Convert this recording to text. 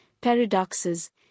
paradoxes